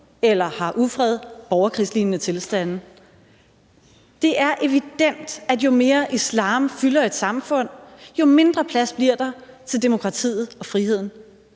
eller har ufred eller borgerkrigslignende tilstande. Det er evident, at jo mere islam fylder i et samfund, jo mindre plads bliver der til demokratiet og friheden.